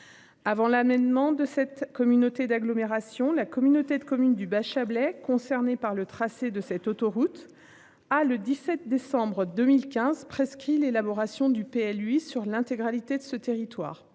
Avant l'amendement de cette communauté d'agglomération la communauté de communes du bas Chablais concernées par le tracé de cette autoroute. Ah le 17 décembre 2015, presqu'île élaboration du PL lui sur l'intégralité de ce territoire